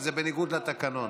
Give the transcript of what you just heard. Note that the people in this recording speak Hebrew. זה בניגוד לתקנון.